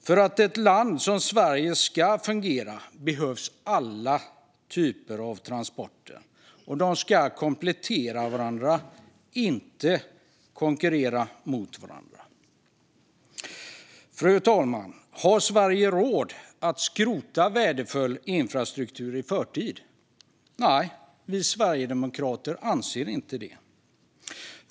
För att ett land som Sverige ska fungera behövs alla typer av transporter. Dessa ska komplettera varandra och inte konkurrera med varandra. Fru talman! Har Sverige råd att skrota värdefull infrastruktur i förtid? Nej, vi sverigedemokrater anser inte det.